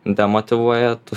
demotyvuoja tu